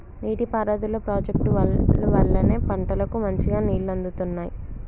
నీటి పారుదల ప్రాజెక్టుల వల్లనే పంటలకు మంచిగా నీళ్లు అందుతున్నాయి